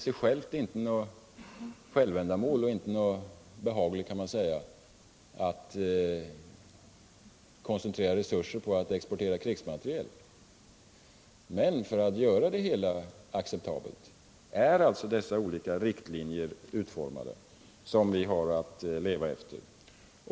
Det är inte något självändamål och i och för sig inte särskilt behagligt att koncentrera resurser på export av krigsmateriel, men för att göra denna verksamhet acceptabel har vi utformat riktlinjer, som företagen har att leva efter.